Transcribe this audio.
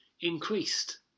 increased